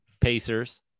Pacers